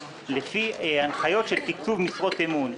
לפי הנחיות של תקצוב משרות אמון.